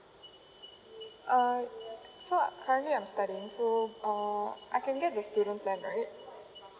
uh so currently I'm studying so uh I can get a student plan right